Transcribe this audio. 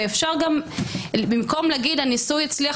ואפשר גם במקום להגיד שהניסוי לא הצליח